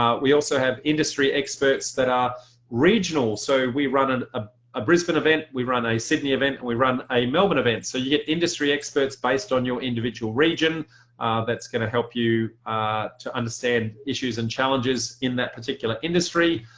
um we also have industry experts that are regional so we run and a brisbane event, we run a sydney event and we run a melbourne event. so you get industry experts based on your individual region that's gonna help you to understand issues and challenges in that particular industry.